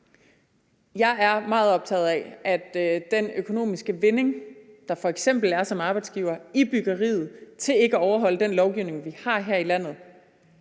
Jeg er meget optaget af, at den økonomiske vinding, der f.eks. er for en arbejdsgiver i byggeriet, ved ikke at overholde den lovgivning, vi har her i landet,